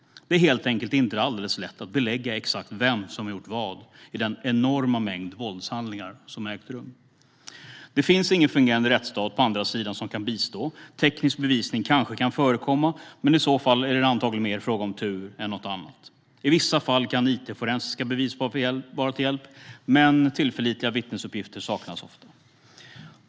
Det är helt enkelt inte alldeles lätt att belägga exakt vem som gjort vad i den enorma mängd våldshandlingar som ägt rum. Det finns ingen fungerande rättsstat på andra sidan som kan bistå. Teknisk bevisning kan kanske förekomma, men i så fall är det antagligen mer fråga om tur än något annat. I vissa fall kan it-forensiska bevis vara till hjälp, men tillförlitliga vittnesuppgifter saknas ofta.